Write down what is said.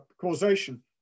causation